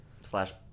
slash